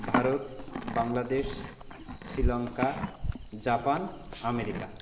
Bharat Bangladesh Sri Lanka Japan America